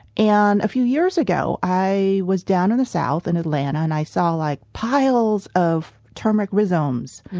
and a few years ago i was down in the south, in atlanta, and i saw like piles of turmeric rhizomes.